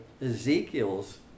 Ezekiel's